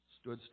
stood